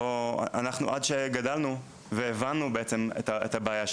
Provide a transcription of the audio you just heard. אנחנו עד שגדלנו והבנו בעצם את הבעיה שלנו,